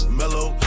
mellow